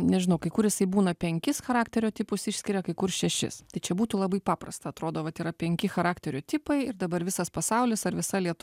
nežinau kai kur jisai būna penkis charakterio tipus išskiria kai kur šešis tai čia būtų labai paprasta atrodo vat yra penki charakterio tipai ir dabar visas pasaulis ar visa lietu